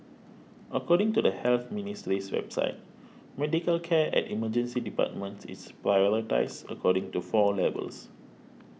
according to the Health Ministry's website medical care at Emergency Departments is prioritised according to four levels